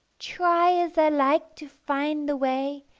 try as i like to find the way,